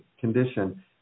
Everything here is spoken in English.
condition